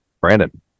Brandon